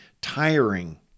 tiring